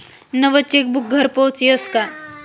नवं चेकबुक घरपोच यस का?